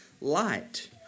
light